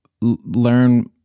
learn